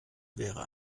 wäre